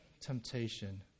temptation